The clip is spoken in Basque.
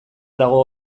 dago